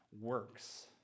works